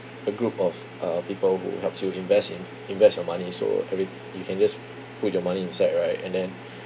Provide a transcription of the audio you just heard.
a group of uh people who helps you invest in invest your money so every you can just put your money inside right and then